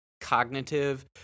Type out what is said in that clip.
cognitive